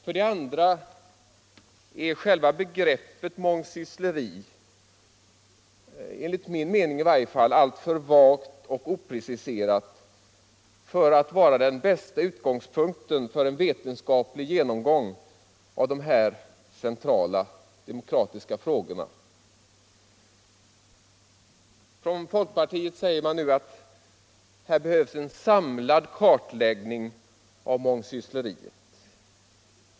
För det andra är själva begreppet mångsyssleri, i varje fall enligt min mening, alltför vagt och opreciserat för att vara den bästa utgångspunkten för en vetenskaplig genomgång av dessa centrala, demokratiska frågor. Från folkpartiet sägs nu att det behövs en samlad kartläggning av mångsyssleriet.